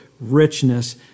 richness